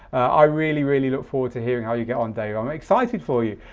i really really look forward to hearing how you get on, dave. i'm excited for you.